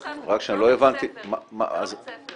זו מסגרת לימודית, זה לא בית ספר.